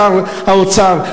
שר האוצר,